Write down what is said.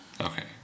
Okay